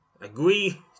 Agree